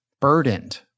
burdened